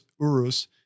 Urus